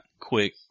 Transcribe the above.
quick